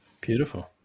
Beautiful